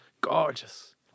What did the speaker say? Gorgeous